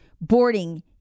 boarding